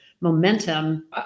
momentum